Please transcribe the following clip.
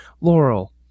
Laurel